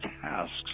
tasks